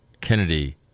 Kennedy